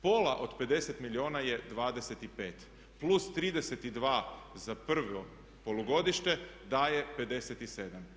Pola od 50 milijuna je 25, plus 32 za prvo polugodište daje 57.